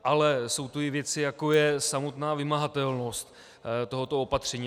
Ale jsou tu i věci, jako je samotná vymahatelnost tohoto opatření.